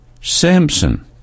Samson